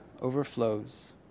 overflows